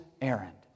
errand